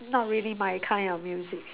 not really my kind of music